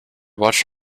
watched